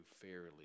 fairly